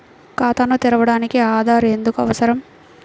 ఖాతాను తెరవడానికి ఆధార్ ఎందుకు అవసరం?